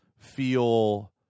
Feel